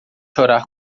chorar